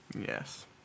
Yes